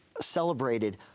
celebrated